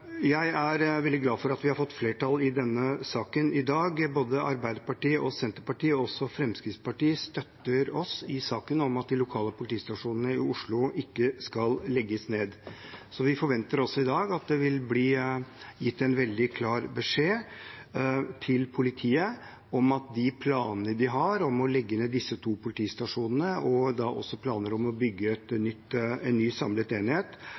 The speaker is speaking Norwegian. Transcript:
også Fremskrittspartiet, støtter oss i saken om at de lokale politistasjonene i Oslo ikke skal legges ned. Så i dag forventer vi også at det vil bli gitt en veldig klar beskjed til politiet om at de planene de har om å legge ned disse to politistasjonene, og da også planene om å bygge en ny samlet enhet,